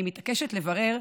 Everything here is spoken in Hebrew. אני מתעקשת לברר,